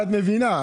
התשכ"ח 1968,